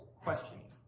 questioning